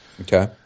Okay